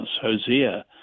Hosea